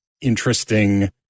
interesting